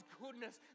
goodness